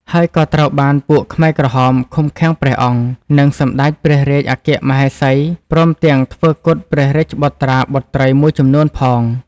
ហើយក៏ត្រូវបានពួកខ្មែរក្រហមឃុំ ឃាំងព្រះអង្គ និងសម្តេចព្រះរាជអគ្គមហេសីព្រមទំាងធ្វើគុតព្រះរាជបុត្រាបុត្រីមួយចំនួនផង។